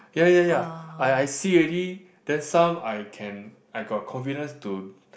ya ya ya I I see already then some I can I got confidence to